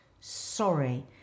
sorry